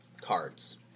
cards